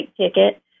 ticket